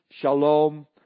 shalom